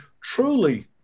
truly